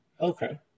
Okay